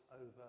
over